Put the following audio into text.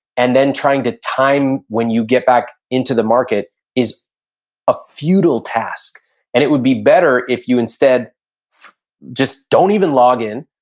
and then trying to time when you get back into the market is a futile task and it would be better if you instead just don't even log in.